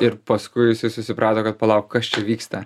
ir paskui jisai susiprato kad palauk kas čia vyksta